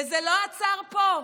וזה לא עצר פה.